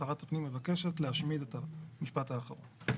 שרת הפנים מבקשת להשמיט את המשפט האחרון.